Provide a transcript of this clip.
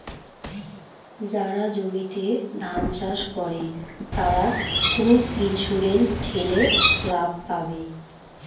যারা জমিতে ধান চাষ করে, তারা ক্রপ ইন্সুরেন্স ঠেলে লাভ পাবে